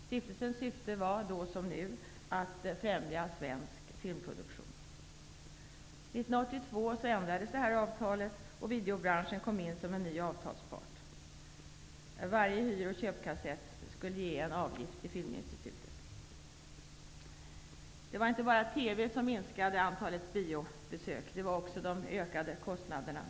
Stiftelsens syfte var då som nu att främja svensk filmproduktion. År 1982 ändrades avtalet och videobranschen kom in som en ny avtalspart. Varje hyr och köpkassett skulle ge en avgift till Filminstitutet. Det var inte bara TV som minskade antalet biobesök. Det var också de ökade kostnaderna.